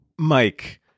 Mike